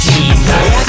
Jesus